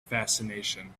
fascination